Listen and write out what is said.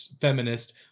feminist